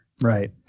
Right